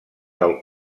del